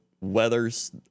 Weathers